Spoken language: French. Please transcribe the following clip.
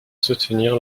soutenir